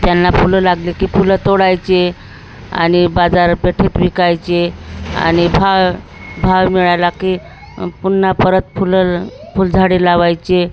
त्यांना फुलं लागली की फुलं तोडायची आणि बाजारपेठेत विकायची आणि भा भाव मिळाला की पुन्हा परत फुलं फुलझाडे लावायची